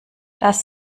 das